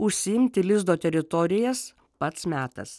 užsiimti lizdo teritorijas pats metas